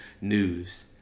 news